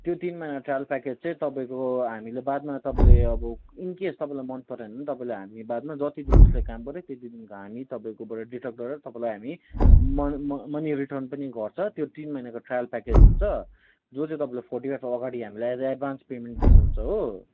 त्यो तिन महिना ट्रायल प्याकेच चाहिँ तपाईँको हामीले बादमा तपाईँले अब इनकेस तपाईँलाई मन परेन भने पनि तपाईँले हामी बादमा जति दिन उसले काम गऱ्यो त्यति दिनको हामी तपाईँकोबाट डिक्डक्ट गरेर तपाईँलाई हामी मन म मनी रिटर्न पनि गर्छ त्यो तिन महिनाको ट्रायल प्याकेज हुन्छ जो चाहिँ तपाईँले फोर्टी फाइभको अघाडि हामीलाई एज अ एडभान्स पेमेन्ट दिनुहुन्छ हो